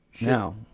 Now